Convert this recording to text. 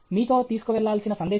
మీతో తీసుకువెళ్లాల్సిన సందేశం